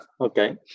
okay